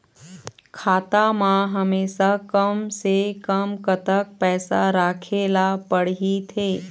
खाता मा हमेशा कम से कम कतक पैसा राखेला पड़ही थे?